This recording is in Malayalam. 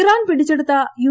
ഇറാൻ പിടിച്ചെടുത്ത യു